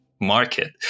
market